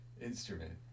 instrument